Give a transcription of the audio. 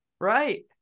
right